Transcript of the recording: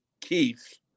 Keith